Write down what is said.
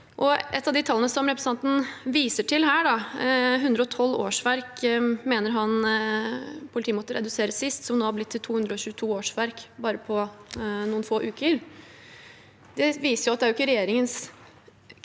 Et av de tallene som representanten viser til her – 112 årsverk mente han politiet måtte redusere sist, som nå har blitt 222 årsverk på bare noen få uker – viser at det egentlig ikke er regjeringens